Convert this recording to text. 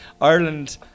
Ireland